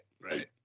right